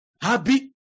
happy